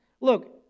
look